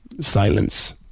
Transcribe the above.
silence